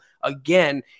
again